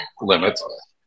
limits